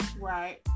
Right